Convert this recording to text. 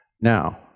Now